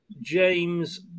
James